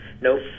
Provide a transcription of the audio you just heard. no